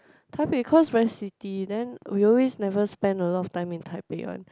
Taipei because very city then we always never spend a lot time in Taipei one